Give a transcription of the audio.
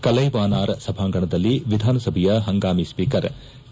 ಕಲ್ಲೆವಾನಾರ್ ಸಭಾಂಗಣದಲ್ಲಿ ವಿಧಾನಸಭೆಯ ಹಂಗಾಮಿ ಸ್ವೀಕರ್ ಕೆ